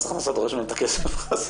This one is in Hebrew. מס הכנסה דורש מהם את הכסף בחזרה.